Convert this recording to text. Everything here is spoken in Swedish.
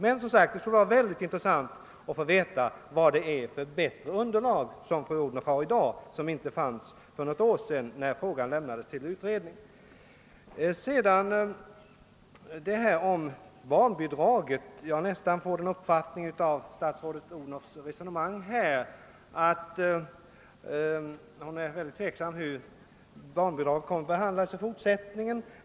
Det skulle emellertid som sagt vara mycket intressant att få veta vad det är för bättre underlag som fru Odhnoff har i dag och som inte fanns för ett år sedan, när frågan överlämnades till en utredning. Vad beträffar barnbidrag får jag nästan den uppfattningen av statsrådets resonemang här, att hon är mycket tveksam om hur man kommer att behandla barnbidragen i fortsättningen.